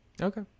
Okay